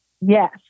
Yes